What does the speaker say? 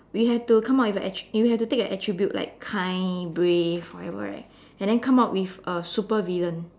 we have to come out with at~ we have to take an attribute like kind brave whatever right and then come out with a supervillain